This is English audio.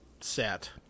set